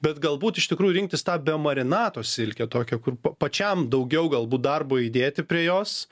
bet galbūt iš tikrųjų rinktis tą be marinato silkę tokią kur pa pačiam daugiau galbūt darbo įdėti prie jos